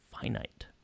finite